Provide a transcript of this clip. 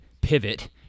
pivot